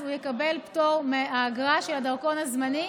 אז הוא יקבל פטור מהאגרה של הדרכון הזמני.